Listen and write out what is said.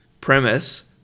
premise